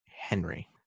Henry